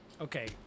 Okay